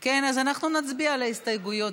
כן, אז אנחנו נצביע על ההסתייגויות.